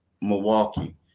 Milwaukee